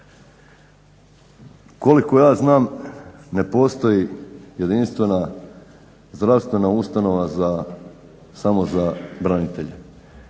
Koliko ja znam ne postoji jedinstvena zdravstvena ustanova samo za branitelje.